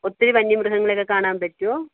ഒത്തിരി വന്യമൃഗങ്ങളെയൊക്കെ കാണാൻ പറ്റുവോ